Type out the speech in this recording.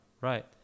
Right